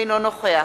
אינו נוכח